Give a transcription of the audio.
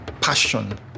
passion